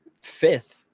fifth